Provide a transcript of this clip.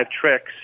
tricks